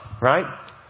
right